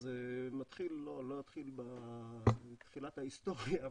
אני לא ארחיב מתחילת ההיסטוריה,